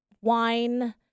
wine